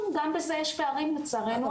גם בזה יש פערים לצערנו הרב.